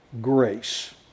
grace